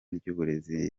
ry’uburezi